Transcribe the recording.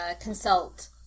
consult